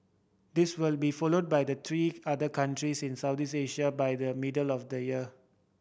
this will be followed by the three other countries in Southeast Asia by the middle of the year